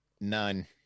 None